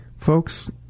Folks